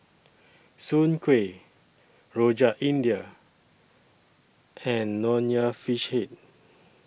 Soon Kuih Rojak India and Nonya Fish Head